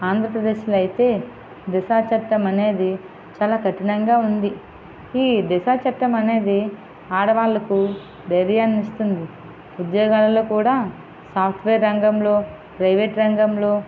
ఆంధ్రప్రదేశ్లో అయితే దిశా చట్టం అనేది చాలా కఠినంగా ఉంది ఈ దిశా చట్టం అనేది ఆడవాళ్ళకు ధైర్యాన్ని ఇస్తుంది ఉద్యోగాలలో కూడా సాఫ్ట్వేర్ రంగంలో ప్రైవేట్ రంగంలో